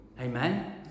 Amen